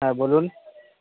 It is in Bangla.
হ্যাঁ বলুন